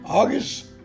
August